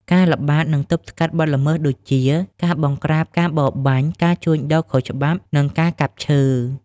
ការល្បាត និងទប់ស្កាត់បទល្មើសដូចជា ការបង្ក្រាបការបរបាញ់ ការជួញដូរខុសច្បាប់ និងការកាប់ឈើ។